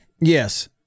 Yes